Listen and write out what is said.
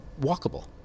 walkable